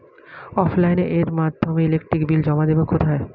অফলাইনে এর মাধ্যমে ইলেকট্রিক বিল জমা দেবো কোথায়?